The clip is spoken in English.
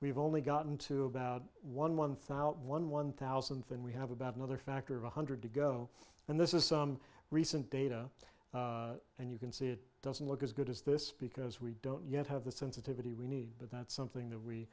have only gotten to about one one thousand one one thousandth and we have about another factor of one hundred to go and this is some recent data and you can see it doesn't look as good as this because we don't yet have the sensitivity we need but that's something that we